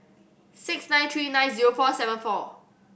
six nine three nine zero four seven four